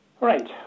Right